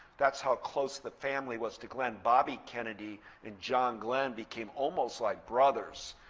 that's how close the family was to glenn. bobby kennedy and john glenn became almost like brothers.